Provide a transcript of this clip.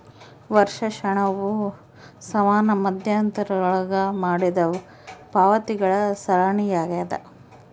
ವರ್ಷಾಶನವು ಸಮಾನ ಮಧ್ಯಂತರಗುಳಾಗ ಮಾಡಿದ ಪಾವತಿಗಳ ಸರಣಿಯಾಗ್ಯದ